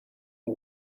who